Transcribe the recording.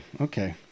okay